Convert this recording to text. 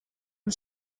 een